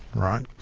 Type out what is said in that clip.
right?